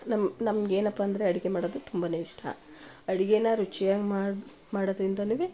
ನಮ್ಮ ನಮಗೇನಪ್ಪ ಅಂದರೆ ಅಡುಗೆ ಮಾಡೋದು ತುಂಬನೇ ಇಷ್ಟ ಅಡುಗೆನ ರುಚಿಯಾಗ್ಮಾಡಿ ಮಾಡೋದ್ರಿಂದಲೂ